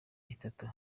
itatu